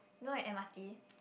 know at M_R_T